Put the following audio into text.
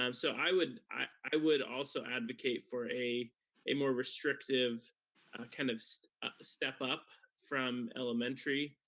um so i would i would also advocate for a a more restrictive kind of step up from elementary,